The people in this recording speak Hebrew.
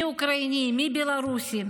מי אוקראיני ומי בלרוסי.